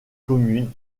communes